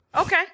Okay